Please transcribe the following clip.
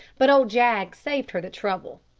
but old jaggs saved her the trouble.